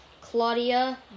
Claudia